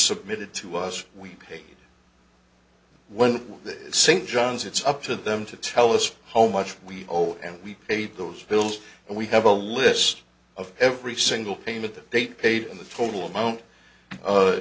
submitted to us we paid one st john's it's up to them to tell us how much we owe and we paid those bills and we have a list of every single payment that they paid in the total amount